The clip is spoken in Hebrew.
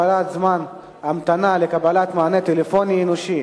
ביטול אזרחות בגין מעשה טרור או ריגול),